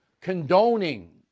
condoning